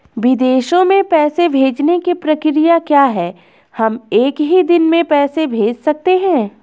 विदेशों में पैसे भेजने की प्रक्रिया क्या है हम एक ही दिन में पैसे भेज सकते हैं?